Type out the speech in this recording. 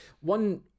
One